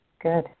Good